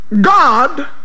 God